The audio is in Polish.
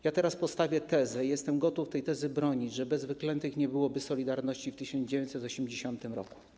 Ja teraz postawię tezę i jestem gotów tej tezy bronić, że bez wyklętych nie byłoby ˝Solidarności˝ w 1980 r.